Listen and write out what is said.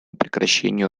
прекращению